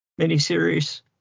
miniseries